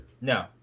No